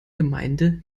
gemeinde